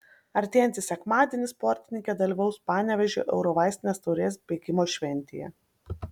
artėjantį sekmadienį sportininkė dalyvaus panevėžio eurovaistinės taurės bėgimo šventėje